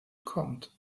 kommt